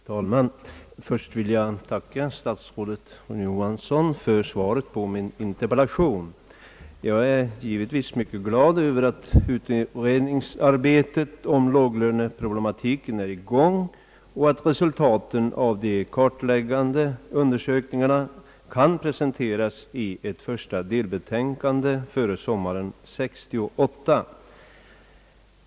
Herr talman! Först vill jag tacka herr statsrådet Rune Johansson för svaret på min interpellation. Jag är givetvis mycket glad över att utredningsarbetet om låglöneproblematiken är i gång och att resultaten av de kartläggande undersökningarna kan presenteras i ett första delbetänkande före sommaren 1968.